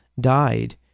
died